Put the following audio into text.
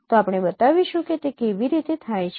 તો આપણે બતાવીશું કે તે કેવી રીતે થાય છે